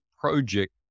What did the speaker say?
project